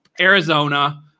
Arizona